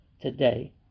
today